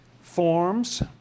forms